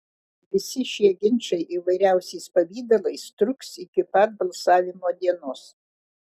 visi šie ginčai įvairiausiais pavidalais truks iki pat balsavimo dienos